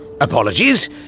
Apologies